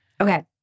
Okay